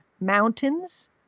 mountains